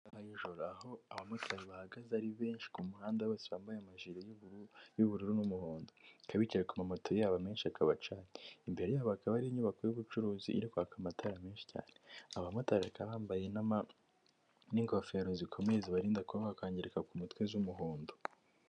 Aha ni nijoro aho abamotari bahagaze ari benshi ku kumuhanda bose wambaye amajire y'ubururu , y'ubururu n'umuhondo bakaba bicaye ku mamoto yabo menshi akaba acanye imbere yabo hakaba hariho inyubako y'ubucuruzi iri kwaka amatara menshi cyane. Abamotari bakaba bambaye n'ingofero zikomeye zibarinda kuba bakangirika ku mutwe z'umuhondo.